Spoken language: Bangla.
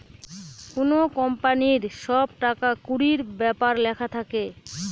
কোনো কোম্পানির সব টাকা কুড়ির ব্যাপার লেখা থাকে